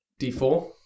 d4